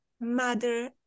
mother